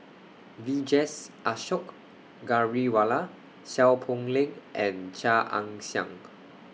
Vijesh Ashok Ghariwala Seow Poh Leng and Chia Ann Siang